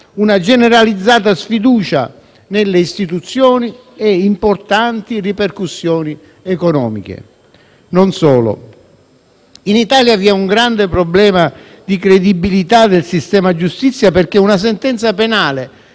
una generalizzata sfiducia nelle istituzioni e importanti ripercussioni economiche. Non solo. In Italia vi è un grande problema di credibilità del sistema giustizia, perché una sentenza penale